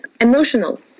emotional